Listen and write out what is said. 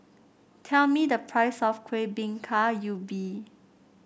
tell me the price of Kuih Bingka Ubi